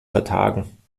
vertagen